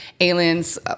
Aliens